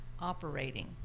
operating